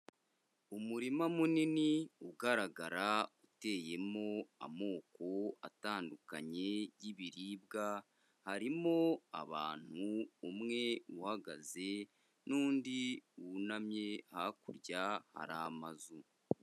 Umurima munini ugaragara uteyemo amoko atandukanye y'ibiribwa, harimo abantu: umwe uhagaze n'undi wunamye, hakurya hari amazu.